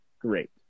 great